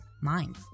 mind